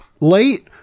late